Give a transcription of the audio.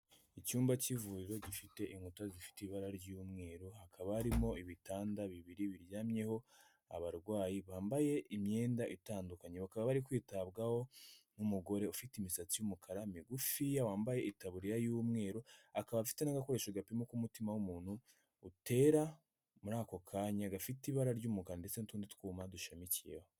Icyumba k'ivuriro gifite inkuta zifite ibara ry'umweru, hakaba harimo ibitanda bibiri biryamyeho abarwayi, bambaye imyenda itandukanye, bakaba bari kwitabwaho n'umugore ufite imisatsi y'umukara migufiya, wambaye itaburiya y'umweru, akaba afite n'agakoresho gapima uko umutima w'umuntu utera muri ako kanya, gafite ibara ry'umukara ndetse n'utundi twuma dushamikiyeho.